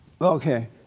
Okay